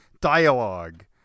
dialogue